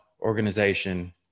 organization